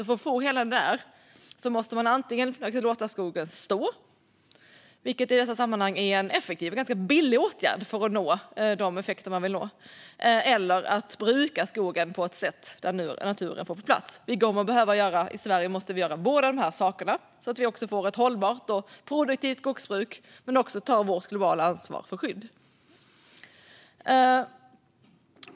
För att få allt detta måste man antingen låta skogen stå, vilket i dessa sammanhang är en effektiv och billig åtgärd, eller bruka skogen på ett sätt så att naturen får plats. I Sverige måste vi göra båda dessa saker, så att vi också får ett hållbart och produktivt skogsbruk och tar vårt globala ansvar för att skydda.